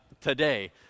today